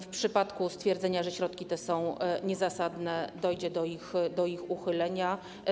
W przypadku stwierdzenia, że środki te są niezasadne, dojdzie do ich uchylenia.